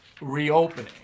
reopening